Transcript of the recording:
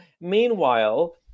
Meanwhile